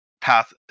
Path